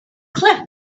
cliff